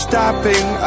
Stopping